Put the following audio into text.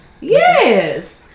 Yes